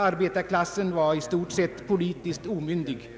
Arbetarklassen var i stort sett politiskt omyndig.